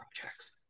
projects